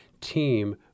team